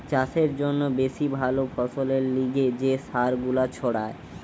চাষের জন্যে বেশি ভালো ফসলের লিগে যে সার গুলা ছড়ায়